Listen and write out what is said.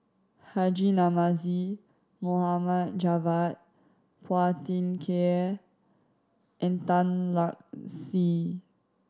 Haji Namazie Mohd Javad Phua Thin Kiay and Tan Lark Sye